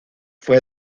fue